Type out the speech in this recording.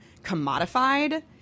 commodified